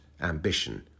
ambition